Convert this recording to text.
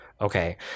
Okay